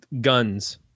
guns